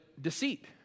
deceit